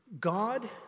God